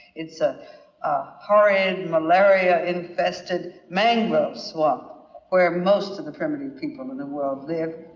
it's a horrid, malaria infested mangrove swamp where most of the primitive people in the world live.